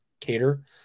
cater